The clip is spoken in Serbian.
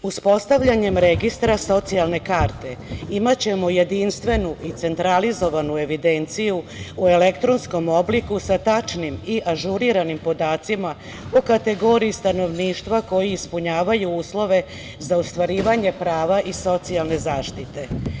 Uspostavljanjem registra socijalne karte imaćemo jedinstvenu i centralizovanu evidenciju u elektronskom obliku sa tačnim i ažuriranim podacima po kategoriji stanovništva koji ispunjavaju uslove za ostvarivanje prava iz socijalne zaštite.